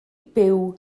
byw